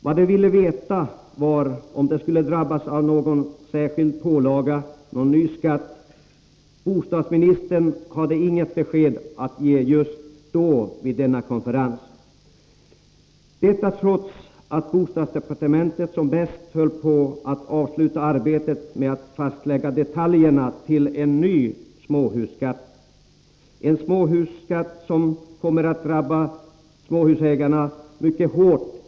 Vad de ville veta var om de skulle drabbas av någon särskild pålaga eller någon ny skatt. Bostadsministern kunde inte ge besked om det på konferensen, trots att bostadsdepartementet som bäst håller på att avsluta arbetet med att fastlägga detaljerna till en ny småhusskatt. Den kommer att ekonomiskt drabba småhusägarna mycket hårt.